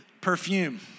perfume